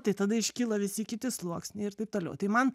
tai tada iškyla visi kiti sluoksniai ir taip toliau tai man